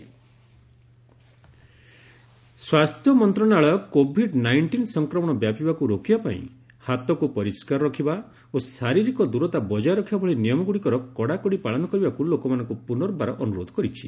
health ministry appeal ସ୍ୱାସ୍ଥ୍ୟ ମନ୍ତ୍ରଣାଳୟ COVID nineteen ସଂକ୍ରମଣ ବ୍ୟାପିବାକ୍ ରୋକିବା ପାଇଁ ହାତକୁ ପରିଷ୍କାର ରଖିବା ଓ ଶାରୀରିକ ଦ୍ୱରତା ବଜାୟ ରଖିବା ଭଳି ନିୟମଗୁଡ଼ିକର କଡ଼ାକଡ଼ି ପାଳନ କରିବାକୁ ଲୋକମାନଙ୍କୁ ପୁନର୍ବାର ଅନୁରୋଧ କରିଛି